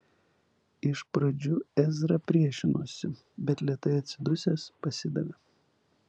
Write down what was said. iš pradžių ezra priešinosi bet lėtai atsidusęs pasidavė